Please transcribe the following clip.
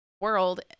world